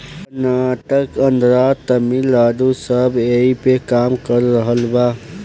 कर्नाटक, आन्द्रा, तमिलनाडू सब ऐइपे काम कर रहल बा